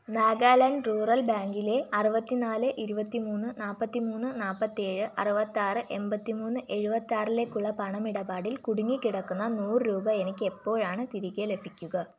Nagaland rural ബാങ്കിലെ അറുപത്തിനാല് ഇരുപത്തിമൂന്ന് നാൽപ്പത്തിമൂന്ന് നാൽപ്പത്തേഴ് അറുപത്താറ് എൺപത്തിമൂന്ന് എഴുപത്താറിലേക്കുള്ള പണം ഇടപാടിൽ കുടുങ്ങിക്കിടക്കുന്ന നൂറ് രൂപ എനിക്ക് എപ്പോഴാണ് തിരികെ ലഭിക്കുക